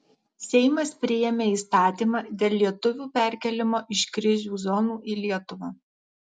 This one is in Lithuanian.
seimas priėmė įstatymą dėl lietuvių perkėlimo iš krizių zonų į lietuvą